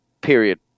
period